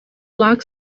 log